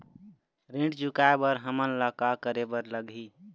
ऋण चुकाए बर हमन ला का करे बर लगही?